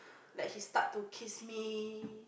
like he start to kiss me